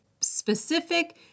specific